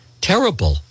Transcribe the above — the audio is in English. terrible